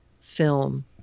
film